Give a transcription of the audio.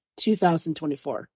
2024